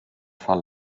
fall